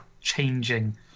changing